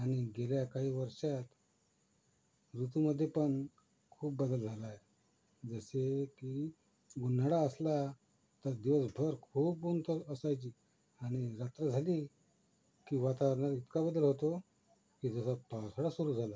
आणि गेल्या काही वर्षात ऋतूमध्ये पण खूप बदल झाला आहे जसे की उन्हाळा असला तर दिवसभर खूप ऊन तर असायचे आणि रात्र झाली की वातावरणात इतका बदल होतो की जसा पावसाळा सुरू झाला